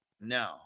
No